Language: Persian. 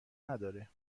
نداره